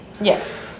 Yes